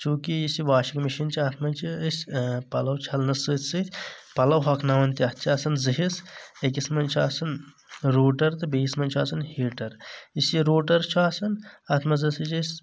چوٗنکہ یُس یہِ washing machine چھ اَتھ منٛز چھ أسۍ پلو چَھلنس سۭتۍ سۭتۍ پَلو ہۄکھناوان تہِ اَتھ چھ آسان زٕ حِصہ أکِس منٛز چھ آسان روٗٹر تہٕ بیٚیس منٛز چھُ آسان ہیٹر یُس یہِ روٗٹر چھُ آسان اَتھ منٛز ہسا چھِ أسۍ